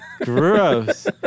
Gross